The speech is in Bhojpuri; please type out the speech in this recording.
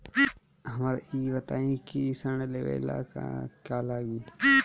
हमरा ई बताई की ऋण लेवे ला का का लागी?